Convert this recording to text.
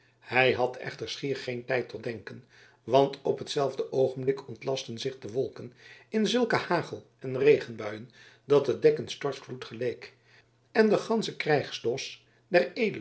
hij had echter schier geen tijd tot denken want op hetzelfde oogenblik ontlastten zich de wolken in zulke hagel en regenbuien dat het dek een stortvloed geleek en de gansche krijgsdos der